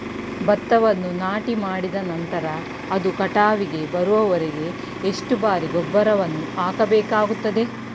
ಭತ್ತವನ್ನು ನಾಟಿಮಾಡಿದ ನಂತರ ಅದು ಕಟಾವಿಗೆ ಬರುವವರೆಗೆ ಎಷ್ಟು ಬಾರಿ ಗೊಬ್ಬರವನ್ನು ಹಾಕಬೇಕಾಗುತ್ತದೆ?